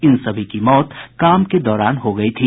इन सभी की मौत काम के दौरान हो गयी थी